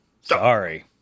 Sorry